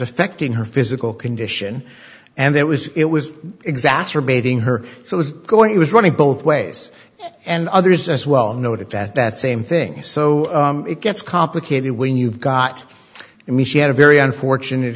affecting her physical condition and that was it was exacerbating her so it was going he was running both ways and others as well noted that that same thing so it gets complicated when you've got me she had a very unfortunate